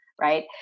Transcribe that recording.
right